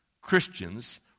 Christians